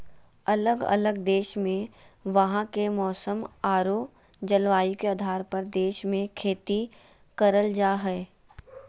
अलग अलग देश मे वहां के मौसम आरो जलवायु के आधार पर देश मे खेती करल जा हय